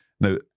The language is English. Now